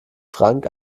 frank